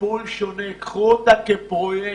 קחו אותה כפרויקט,